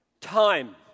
Time